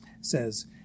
says